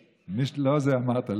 לא זה מה שאמרת.